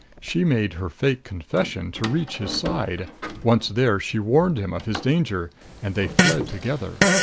she made her fake confession to reach his side once there, she warned him of his danger and they fled together.